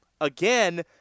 Again